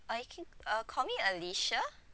uh you can uh call me alicia